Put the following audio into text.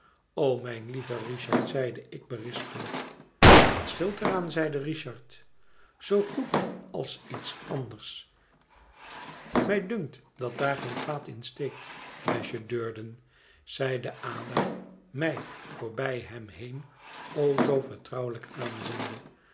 o mijn lieve richard zeide ik berispend wat scheelt er aan zeide richard zoo goed als iets anders mij dunkt dat daar geen kwaad in steekt besje durden zeide ada mij voorbij hem heen o zoo vertrouwelijk aanziende